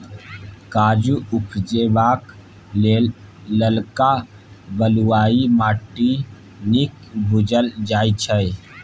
काजु उपजेबाक लेल ललका बलुआही माटि नीक बुझल जाइ छै